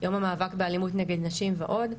יום המאבק באלימות נגד נשים ועוד,